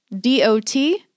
D-O-T